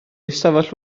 ystafell